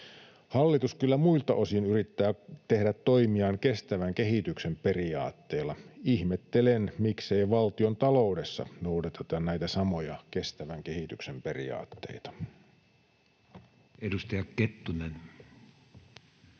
Hallitus kyllä muilta osin yrittää tehdä toimiaan kestävän kehityksen periaatteella. Ihmettelen, miksei valtiontaloudessa noudateta näitä samoja kestävän kehityksen periaatteita. [Speech